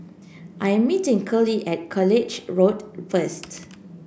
I am meeting Curley at College Road first